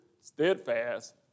Steadfast